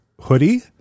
hoodie